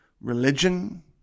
religion